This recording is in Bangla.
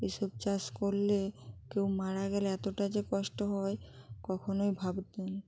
এ সব চাষ করলে কেউ মারা গেলে এতটা যে কষ্ট হয় কখনোই ভাবিনি